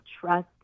trust